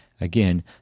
Again